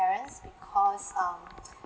because um